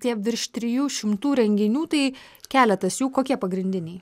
tie virš trijų šimtų renginių tai keletas jų kokie pagrindiniai